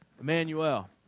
Emmanuel